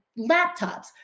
laptops